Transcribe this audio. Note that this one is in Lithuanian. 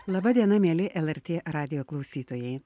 laba diena mieli lrt radijo klausytojai